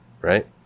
right